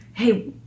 hey